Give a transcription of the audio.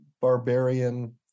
barbarian